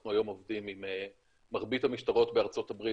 אנחנו היום עובדים עם מרבית המשטרות בארה"ב,